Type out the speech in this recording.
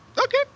Okay